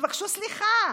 תבקשו סליחה.